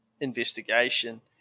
investigation